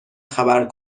خبر